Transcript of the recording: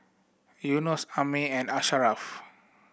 Yunos Ammir and Asharaff